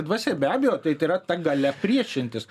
dvasia be abejo tai tai yra ta galia priešintis